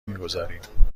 میگذاریم